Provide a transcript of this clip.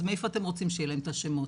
אז מאיפה אתם רוצים שיהיה להם את השמות?